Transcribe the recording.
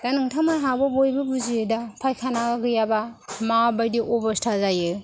दा नोंथांमोनहाबो बयबो बुजियो दा फायखाना गैयाबा मा बायदि अबस्ता जायो